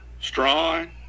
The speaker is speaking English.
Strong